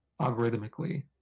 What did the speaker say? algorithmically